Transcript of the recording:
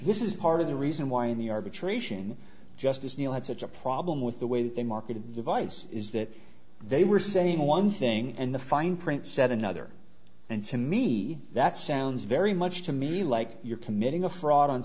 this is part of the reason why in the arbitration justice neil had such a problem with the way that they marketed the device is that they were saying one thing and the fine print said another and to me that sounds very much to me like you're committing a fraud on